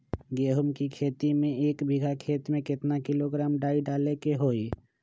गेहूं के खेती में एक बीघा खेत में केतना किलोग्राम डाई डाले के होई?